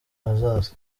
hazaza